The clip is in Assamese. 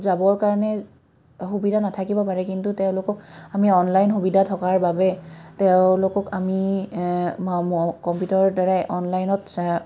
যাবৰ কাৰণে সুবিধা নাথাকিব পাৰে কিন্তু তেওঁলোকক আমি অনলাইন সুবিধা থকাৰ বাবে তেওঁলোকক আমি কম্পিউটাৰৰ দ্বাৰাই অনলাইনত